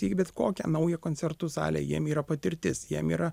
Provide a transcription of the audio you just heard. į bet kokią naują koncertų salę jiem yra patirtis jiem yra